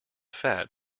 fat